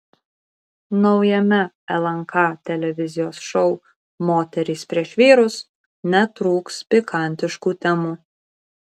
naujame lnk televizijos šou moterys prieš vyrus netrūks pikantiškų temų